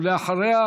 ואחריה,